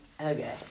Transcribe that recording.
Okay